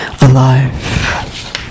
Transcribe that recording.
alive